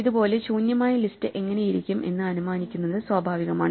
ഇതുപോലെ ശൂന്യമായ ലിസ്റ്റ് എങ്ങനെയിരിക്കും എന്ന് അനുമാനിക്കുന്നത് സ്വാഭാവികമാണ്